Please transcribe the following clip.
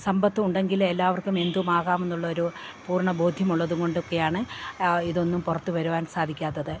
സമ്പത്ത് ഉണ്ടെങ്കിലെ എല്ലാവർക്കും എന്തും ആകാം എന്നുള്ളൊരു പൂർണ്ണ ബോധ്യമുള്ളത് കൊണ്ടൊക്കെയാണ് ഇതൊന്നും പുറത്ത് വരുവാൻ സാധിക്കാത്തത്